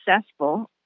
successful